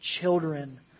children